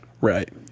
Right